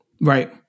Right